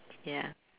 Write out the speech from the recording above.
ya